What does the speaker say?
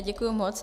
Děkuji moc.